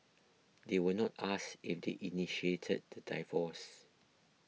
they were not asked if they initiated the divorce